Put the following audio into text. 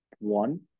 One